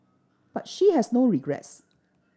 but she has no regrets